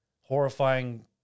horrifying